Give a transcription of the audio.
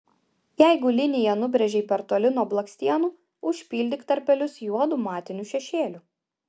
jeigu liniją nubrėžei per toli nuo blakstienų užpildyk tarpelius juodu matiniu šešėliu